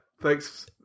thanks